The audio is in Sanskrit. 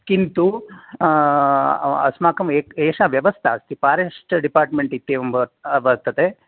किन्तु अस्माकम् ए एषा व्यवस्था अस्ति फ़ारेस्ट् डिपार्ट्मेण्ट् इत्येवं वर् वर्तते